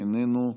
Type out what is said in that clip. איננו,